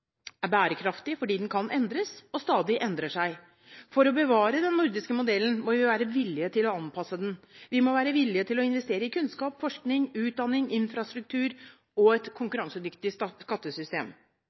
bærekraftig fordi den kan endres og stadig endrer seg. For å bevare den nordiske modellen må vi være villige til å anpasse den. Vi må være villige til å investere i kunnskap, forskning, utdanning, infrastruktur og et